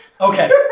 Okay